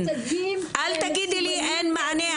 אל תגידי לי אין מענה,